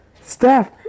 Steph